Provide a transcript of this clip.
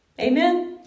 Amen